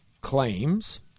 claims